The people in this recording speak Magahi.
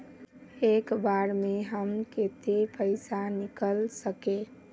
एक बार में हम केते पैसा निकल सके?